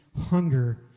hunger